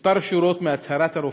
כמה שורות מהצהרת הרופאים,